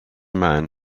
man